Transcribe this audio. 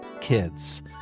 kids